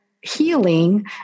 healing